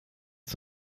bis